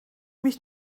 mich